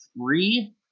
three